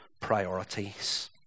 priorities